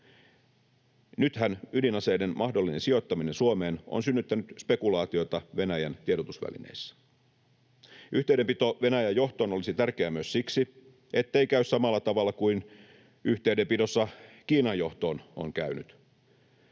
Nythän ydinaseiden mahdollinen sijoittaminen Suomeen on synnyttänyt spekulaatiota Venäjän tiedotusvälineissä. Yhteydenpito Venäjän johtoon olisi tärkeää myös siksi, ettei käy samalla tavalla kuin yhteydenpidossa Kiinan johtoon on käynyt: